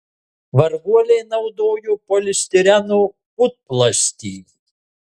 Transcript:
varguoliai naudojo polistireno putplastį